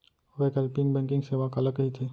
वैकल्पिक बैंकिंग सेवा काला कहिथे?